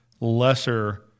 lesser